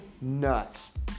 nuts